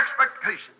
expectations